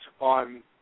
on